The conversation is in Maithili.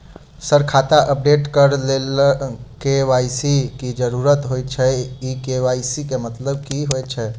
सर खाता अपडेट करऽ लेल के.वाई.सी की जरुरत होइ छैय इ के.वाई.सी केँ मतलब की होइ छैय?